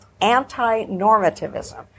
anti-normativism